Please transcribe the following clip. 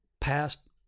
past